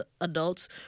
adults